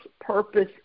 purpose